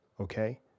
okay